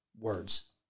words